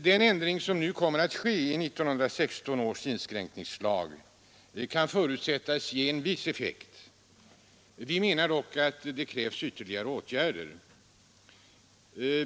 Den ändring som nu kommer att ske i 1916 års inskränkningslag kan förutsättas ge en viss effekt. Vi menar dock att det krävs ytterligare åtgärder.